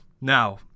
Now